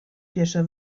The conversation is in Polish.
piesze